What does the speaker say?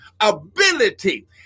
ability